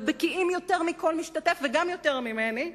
ובקיאים יותר מכל משתתף, וגם יותר ממני,